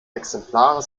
exemplare